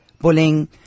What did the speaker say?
bullying